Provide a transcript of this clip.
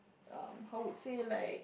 how would say like